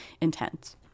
intense